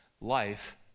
life